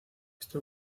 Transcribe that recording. esto